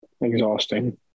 Exhausting